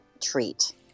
treat